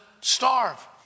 starve